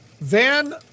Van